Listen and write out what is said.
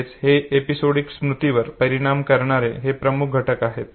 म्हणजे हे एपिसोडिक स्मृतीवर परिणाम करणारे हे प्रमुख घटक आहेत